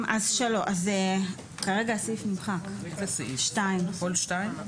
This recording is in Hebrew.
כרגע סעיף (2)